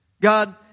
god